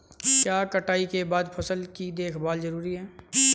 क्या कटाई के बाद फसल की देखभाल जरूरी है?